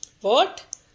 What